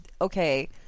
okay